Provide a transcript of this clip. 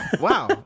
Wow